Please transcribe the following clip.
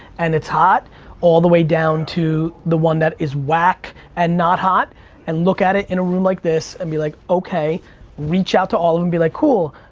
and it's hot all the way down to the one that is wack and not hot and look at it in a room like this. and be like, okay reach out to all of them and be like cool,